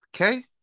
Okay